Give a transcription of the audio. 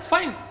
Fine